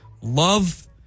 love